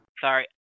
Sorry